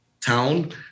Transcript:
town